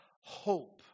hope